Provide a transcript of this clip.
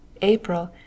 April